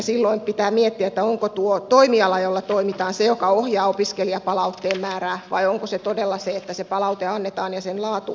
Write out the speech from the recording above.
silloin pitää miettiä onko tuo toimiala jolla toimitaan se joka ohjaa opiskelijapalautteen määrää vai onko se todella se että se palaute annetaan ja sen laatu merkitsee